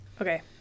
okay